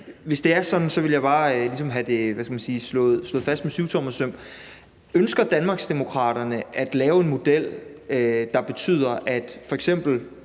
hvis det er sådan, vil jeg bare ligesom have det slået fast med syvtommersøm: Ønsker Danmarksdemokraterne at lave en model, der betyder – hvis